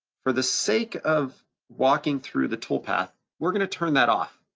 for the sake of walking through the toolpath, we're gonna turn that off.